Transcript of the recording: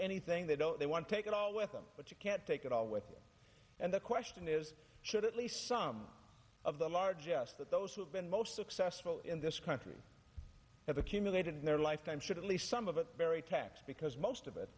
anything they don't they want take it all with them but you can't take it all with and the question is should at least some of the large us that those who have been most successful in this country have accumulated in their lifetime should at least some of it very tax because most of it